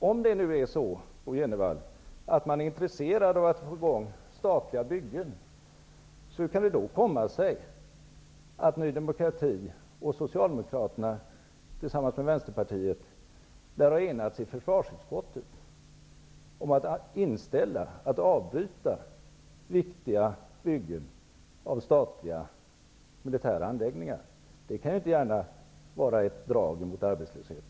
Om det är så, Bo G Jenevall, att man är intresserad av att få i gång statliga byggen, hur kan det då komma sig att Ny demokrati och Vänsterpartiet lär ha enats i försvarsutskottet om att avbryta viktiga byggen av statliga militära anläggningar? Det kan inte gärna vara ett drag mot arbetslösheten.